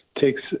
takes